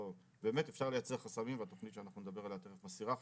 באמת אפשר לייצר חסמים והתוכנית שאנחנו נדבר עליה מסירה חסמים.